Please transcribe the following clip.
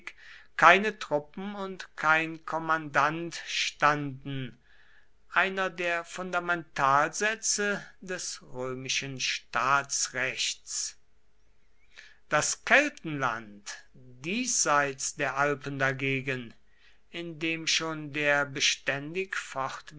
keine truppen und kein kommandant standen einer der fundamentalsätze des römischen staatsrechts das keltenland diesseits der alpen dagegen in dem schon der beständig